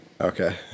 Okay